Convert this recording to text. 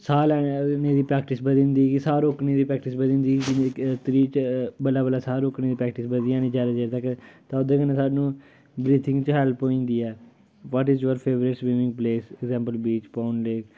साह् लैने दी प्रैक्टिस बधी जंदी कि साह् रोकने दी प्रैक्टिस बधी जंदी बल्लें बल्लें साह् रोकने दी प्रैक्टिस बधी जानी जादा देर तक ते ओह्दे कन्नै सानूं ब्रिथिंग च हैल्प होई जंदी ऐ what is your favourite swimming place example which pond lake